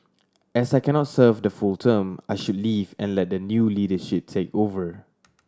as I cannot serve the full term I should leave and let the new leadership take over